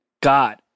God